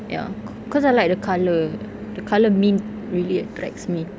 ya cause I like the colour the colour mint really attracts me